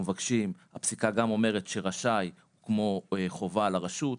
הפסיקה גם אומרת שרשאי כמו חובה על הרשות.